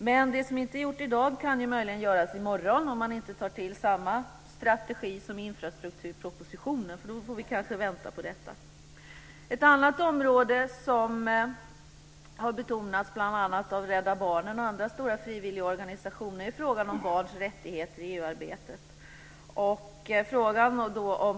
Men det som inte har gjorts till i dag kan ju göras i morgon, åtminstone om man inte tar till samma strategi som när det gäller infrastrukturpropositionen, för då får vi kanske vänta på detta. Ett annat område som har betonats bl.a. av Rädda Barnen och andra stora frivilligorganisationer är barns rättigheter i EU-arbetet.